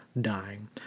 dying